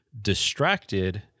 distracted